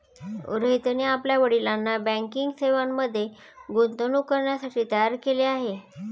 रोहितने आपल्या वडिलांना बँकिंग सेवांमध्ये गुंतवणूक करण्यासाठी तयार केले आहे